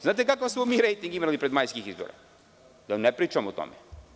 Znate kakav smo mi rejting imali pred majske izbore, da ne pričam o tome.